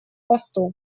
посту